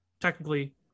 technically –